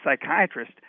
psychiatrist